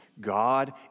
God